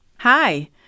Hi